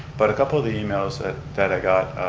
but a couple of the emails that i got,